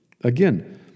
Again